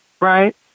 right